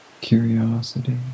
curiosity